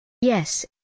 Yes